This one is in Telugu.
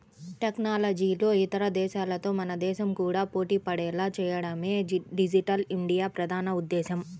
టెక్నాలజీలో ఇతర దేశాలతో మన దేశం కూడా పోటీపడేలా చేయడమే డిజిటల్ ఇండియా ప్రధాన ఉద్దేశ్యం